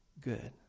good